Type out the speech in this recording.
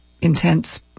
intense